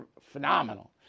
phenomenal